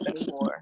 anymore